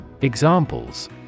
Examples